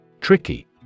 Tricky